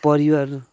परिवार